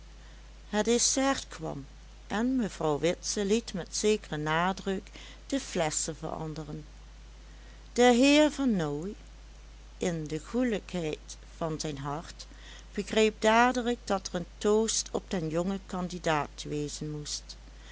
het dessert kwam en mevrouw witse liet met zekeren nadruk de flesschen veranderen de heer vernooy in de goelijkheid van zijn hart begreep dadelijk dat er een toost op den jongen candidaat wezen moest